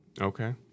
Okay